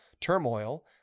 turmoil